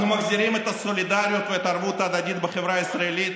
אנו מחזירים את הסולידריות ואת הערבות ההדדית בחברה הישראלית,